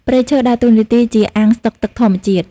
ព្រៃឈើដើរតួនាទីជាអាងស្តុកទឹកធម្មជាតិ។